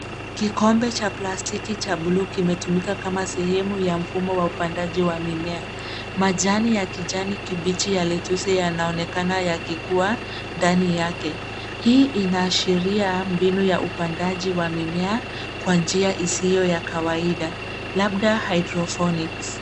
Kikombe cha plastiki cha bluu kimetumika kama sehemu ya mfumo wa upandaji wa mimea. Majani ya kijani kibichi ya lettuce yanaonekana yakikua ndani yake. Hii inaashiria mbinu ya upandaji wa mimea kwa njia isiyo ya kawaida labda hydroponics .